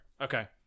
Okay